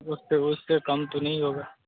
उससे उससे कम तो नहीं होगा